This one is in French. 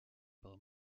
par